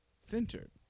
centered